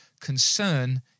concern